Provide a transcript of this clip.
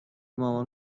مامان